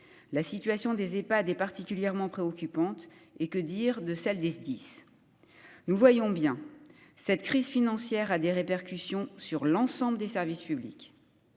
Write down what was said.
la situation des Epad est particulièrement préoccupante et que dire de celle des SDIS, nous voyons bien cette crise financière, a des répercussions sur l'ensemble des services publics